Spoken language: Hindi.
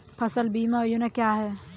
फसल बीमा योजना क्या है?